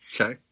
Okay